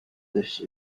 this